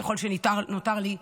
ככל שנותר לי,